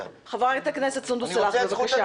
חברת הכנסת סונדוס סאלח, בבקשה.